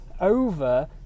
over